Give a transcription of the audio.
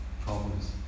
problems